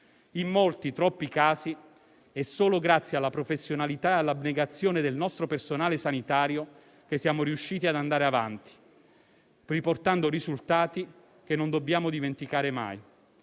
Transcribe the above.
In molti, troppi casi è solo grazie alla professionalità e all'abnegazione del nostro personale sanitario che siamo riusciti ad andare avanti, riportando risultati che non dobbiamo dimenticare mai.